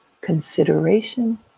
consideration